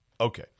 Okay